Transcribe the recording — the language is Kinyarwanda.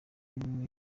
amaso